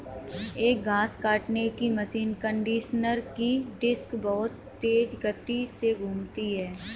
एक घास काटने की मशीन कंडीशनर की डिस्क बहुत तेज गति से घूमती है